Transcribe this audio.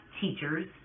teachers